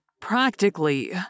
practically